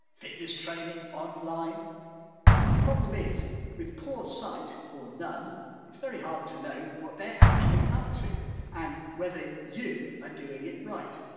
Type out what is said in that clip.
fitness training online but the problem is with poor sight or none it's very heard to know what they're actually up to and whether you are doing it right.